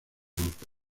grupo